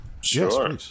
Sure